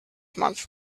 month